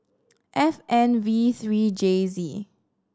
F N V three J Z